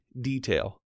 detail